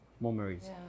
memories